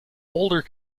older